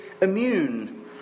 immune